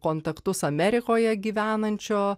kontaktus amerikoje gyvenančio